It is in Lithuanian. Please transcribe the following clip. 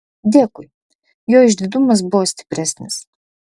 dėkui jo išdidumas buvo stipresnis